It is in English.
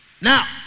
Now